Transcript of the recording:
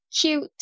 cute